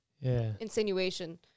insinuation